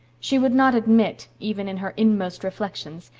she would not admit, even in her inmost reflections,